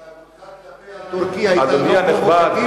למה התנהגותך כלפי הטורקי היתה לא פרובוקטיבית?